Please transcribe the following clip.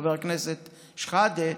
חבר הכנסת שחאדה,